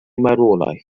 marwolaeth